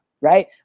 right